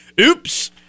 Oops